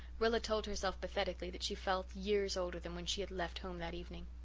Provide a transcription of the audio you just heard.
rilla told herself pathetically that she felt years older than when she had left home that evening.